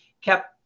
kept